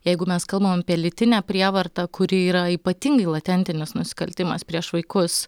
jeigu mes kalbam apie lytinę prievartą kuri yra ypatingai latentinis nusikaltimas prieš vaikus